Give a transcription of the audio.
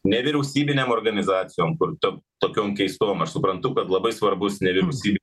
nevyriausybinėm organizacijom kur tum tokiom keistom aš suprantu bet labai svarbus nevyriausybių